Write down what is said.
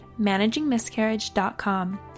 managingmiscarriage.com